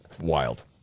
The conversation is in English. wild